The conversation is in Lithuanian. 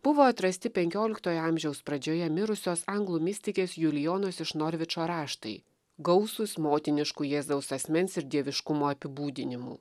buvo atrasti penkioliktojo amžiaus pradžioje mirusios anglų mistikės julijonos iš norvičo raštai gausūs motinišku jėzaus asmens ir dieviškumo apibūdinimu